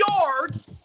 yards